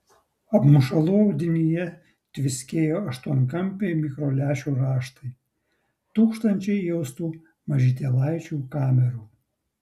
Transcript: apmušalų audinyje tviskėjo aštuonkampiai mikrolęšių raštai tūkstančiai įaustų mažytėlaičių kamerų